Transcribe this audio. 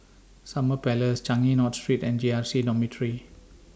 Summer Palace Changi North Street and J R C Dormitory